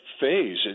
phase